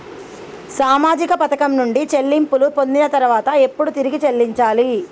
సామాజిక పథకం నుండి చెల్లింపులు పొందిన తర్వాత ఎప్పుడు తిరిగి చెల్లించాలి?